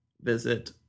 visit